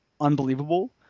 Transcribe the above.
unbelievable